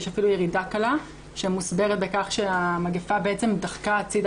יש אפילו ירידה קלה שמוסברת בכך שהמגפה בעצם דחקה הצדה,